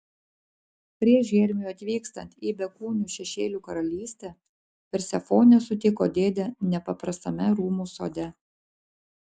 prieš hermiui atvykstant į bekūnių šešėlių karalystę persefonė sutiko dėdę nepaprastame rūmų sode